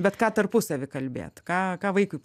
bet ką tarpusavy kalbėt ką ką vaikui